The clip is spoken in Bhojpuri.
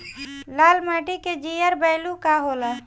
लाल माटी के जीआर बैलू का होला?